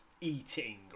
eating